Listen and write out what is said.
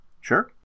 Sure